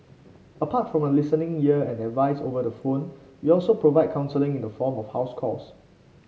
apart from a listening ear and advice over the phone we also provide counselling in the form of house calls